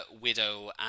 Widow